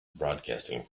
broadcasting